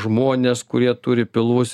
žmones kurie turi pilvus